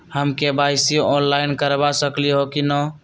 हम KYC online करवा सकली ह कि न?